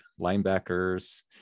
linebackers